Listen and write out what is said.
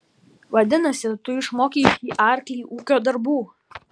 vadinasi tu išmokei šį arklį ūkio darbų